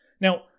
Now